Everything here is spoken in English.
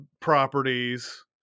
properties